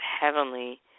heavenly